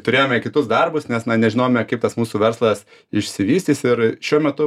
turėjome kitus darbus nes na nežinome kaip tas mūsų verslas išsivystys ir šiuo metu